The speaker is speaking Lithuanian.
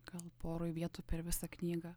gal poroj vietų per visą knygą